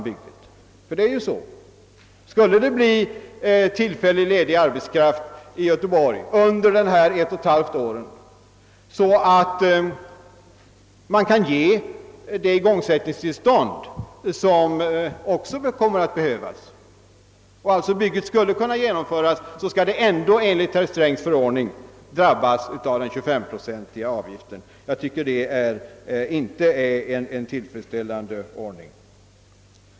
Skulle det tillfälligt bli ledig arbetskraft i Göteborg under dessa ett och ett halvt år så att man kan ge de igångsättningstillstånd som också kommer att behövas och byggena alltså skulle kunna genomföras, skall de ändå enligt herr Strängs förordning drabbas av den 25 procentiga avgiften. Jag anser att detta inte är en tillfredsställande ordning.